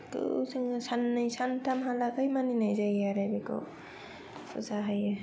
बेखौ जोङो साननै सानथामहालागै मानिनाय जायो आरो बेखौ फुजा होयो